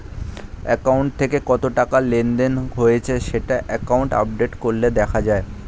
account থেকে কত টাকা লেনদেন হয়েছে সেটা অ্যাকাউন্ট আপডেট করলে দেখা যায়